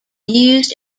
used